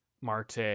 Marte